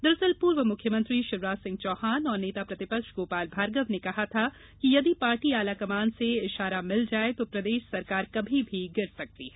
दरअसल पूर्व मुख्यमंत्री शिवराज सिंह चौहान और नेता प्रतिपक्ष गोपाल भार्गव ने कहा था कि यदि पार्टी आलाकमान से इशारा मिल जाये तो प्रदेश सरकार कभी भी गिर सकती है